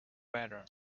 better